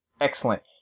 Excellent